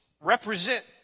represent